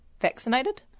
vaccinated